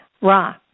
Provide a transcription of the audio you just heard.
Ra